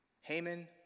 Haman